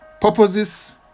purposes